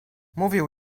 mówił